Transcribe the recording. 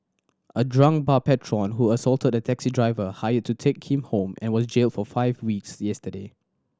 a drunk bar patron who assaulted a taxi driver hired to take him home and was jailed for five weeks yesterday